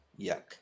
yuck